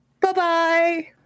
Bye-bye